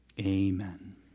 Amen